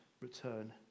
return